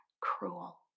cruel